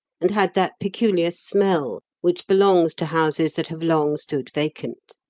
and had that peculiar smell which belongs to houses that have long stood vacant.